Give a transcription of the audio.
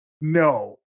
no